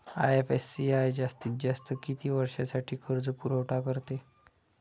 IFCI जास्तीत जास्त किती वर्षासाठी कर्जपुरवठा करते?